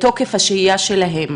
תוקף השהייה שלהם.